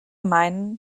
meinen